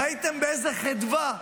ראיתם באיזו חדווה,